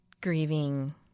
grieving